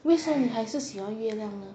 为什么你还是喜欢月亮呢